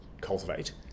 cultivate